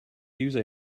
use